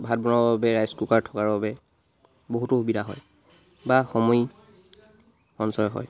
ভাত বনাবৰ বাবে ৰাইচ কুকাৰ থকাৰ বাবে বহুতো সুবিধা হয় বা সময় সঞ্চয় হয়